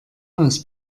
aus